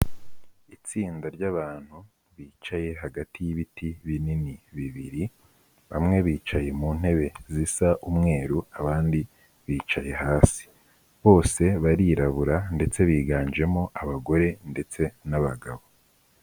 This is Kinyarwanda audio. Itsinda ry'abantu bicaye hagati y'ibiti binini bibiri, bamwe bicaye mu ntebe zisa umweru, abandi bicaye hasi. Bose barirabura, ndetse biganjemo abagore ndetse n'abagabo.